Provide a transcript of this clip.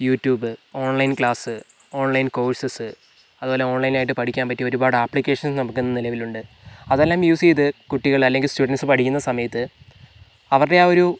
YouTube online class online courses അതുപോലെ online ആയിട്ട് പഠിക്കാൻ പറ്റിയ ഒരുപാട് ആപ്പ്ളിക്കേഷൻസ് നമുക്ക് ഇന്ന് നിലവിലുണ്ട് അതെല്ലാം യൂസ് ചെയ്ത് കുട്ടികൾ അല്ലെങ്കിൽ സ്റ്റുഡൻസ് പഠിക്കുന്ന സമയത്ത് അവരുടെ ആ ഒരു